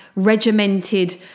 Regimented